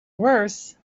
worse